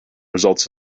results